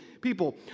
people